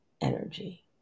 energy